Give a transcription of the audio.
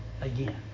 again